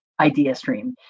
IdeaStream